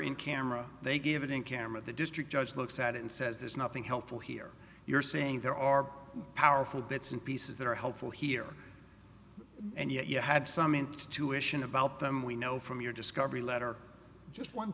in camera they give it in camera the district judge looks at it and says there's nothing helpful here you're saying there are powerful bits and pieces that are helpful here and yet you had some intuition about them we know from your discovery letter just one